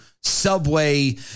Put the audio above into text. Subway